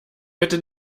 bitte